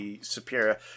Superior